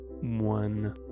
one